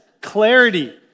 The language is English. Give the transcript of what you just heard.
clarity